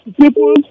people